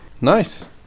nice